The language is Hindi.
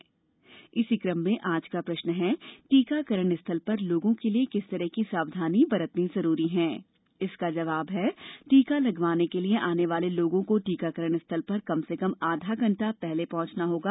सवाल इस कम में आज का प्रश्न है टीकाकरण स्थल पर लोगों के लिए किस तरह की सावधानी बरतना जरूरी है जवाब इस प्रश्न का जवाब है टीका लगवाने के लिए आने वाले लोगों को टीकाकरण स्थल पर कम से कम आधा घंटा पहले पहुंचना होगा